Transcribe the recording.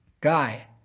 Guy